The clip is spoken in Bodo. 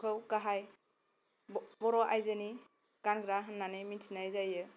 खौ गाहाय बर' आयजोनि गानग्रा होननानै मोनथिनाय जायो